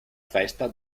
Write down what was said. festa